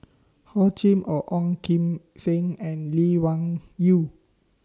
Hor Chim Or Ong Kim Seng and Lee Wung Yew